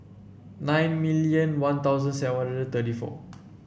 nine million One Thousand seven thirty four